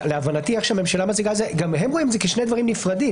להבנתי איך שהממשלה מציגה את זה גם הם רואים את זה כשני דברים נפרדים.